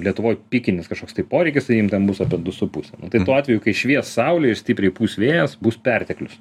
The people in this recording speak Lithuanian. lietuvoj pikinis kažkoks tai poreikis tai jiem ten bus apie du su puse tai tuo atveju kai švies saulė ir stipriai pūs vėjas bus perteklius